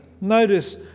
Notice